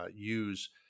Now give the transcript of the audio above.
use